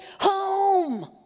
home